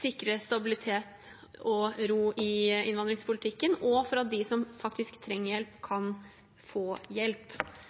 sikre stabilitet og ro i innvandringspolitikken og for at de som faktisk trenger hjelp,